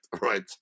right